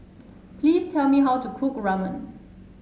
please tell me how to cook Ramen